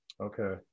okay